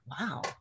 wow